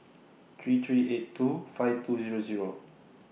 three three eight two five two Zero Zero